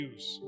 Use